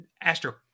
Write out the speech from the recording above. Astro